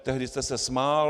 Tehdy jste se smál.